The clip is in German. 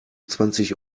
zwanzig